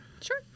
Sure